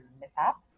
mishaps